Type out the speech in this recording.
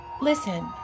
Listen